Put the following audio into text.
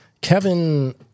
Kevin